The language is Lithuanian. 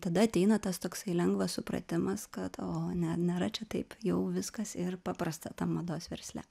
tada ateina tas toksai lengvas supratimas kad o ne nėra čia taip jau viskas ir paprasta tam mados versle